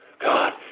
God